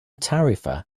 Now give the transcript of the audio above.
tarifa